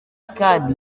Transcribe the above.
kandi